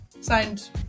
signed